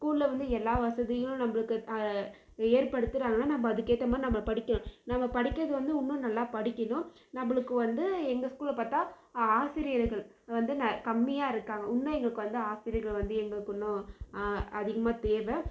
ஸ்கூலில் வந்து எல்லா வசதிகளும் நம்மளுக்கு ஏற்படுத்துகிறாங்க நம்ம அதுக்கேற்ற மாதிரி நம்ம படிக்கணும் நம்ம படிக்கிறது வந்து இன்னும் நல்லா படிக்கணும் நம்மளுக்கு வந்து எங்கள் ஸ்கூலில் பார்த்தா ஆசிரியர்கள் வந்து கம்மியாக இருக்காங்க இன்னும் எங்களுக்கு வந்து ஆசிரியர்கள் வந்து எங்களுக்கு இன்னும் அதிகமாக தேவை